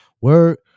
word